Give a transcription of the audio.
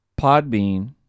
Podbean